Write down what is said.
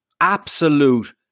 absolute